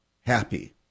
happy